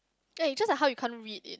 ya it's just like how you can't read it